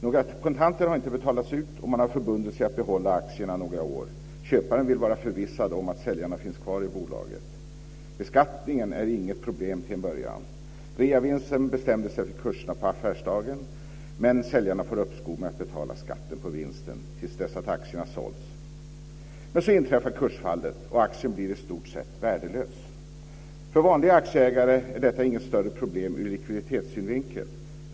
Några kontanter har inte betalats ut, och man har förbundit sig att behålla aktierna några år. Köparen vill vara förvissad om att säljarna finns kvar i bolaget. Beskattningen är inget problem till en början. Reavinsten bestämdes efter kurserna på affärsdagen. Men säljarna får uppskov med att betala skatten på vinsten till dess att aktierna sålts. Men så inträffar kursfallet, och aktierna blir i stort sett värdelösa. För vanliga aktieägare är detta inte något större problem ur likviditetssynvinkel.